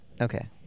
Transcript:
Okay